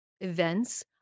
events